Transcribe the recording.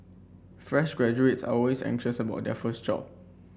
fresh graduates are always anxious about their first job